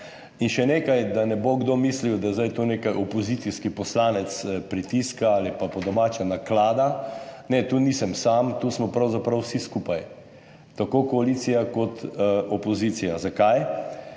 In še nekaj. Da ne bo kdo mislil, da zdaj tu nekaj opozicijski poslanec pritiska ali pa po domače naklada. Ne, tu nisem sam, tu smo pravzaprav vsi skupaj, tako koalicija kot opozicija. Zakaj?